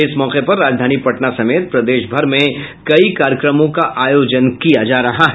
इस मौके पर राजधानी पटना समेत प्रदेशभर में कई कार्यक्रमों का आयोजन किया जा रहा है